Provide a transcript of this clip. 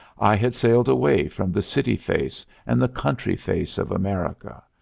i had sailed away from the city face and the country face of america,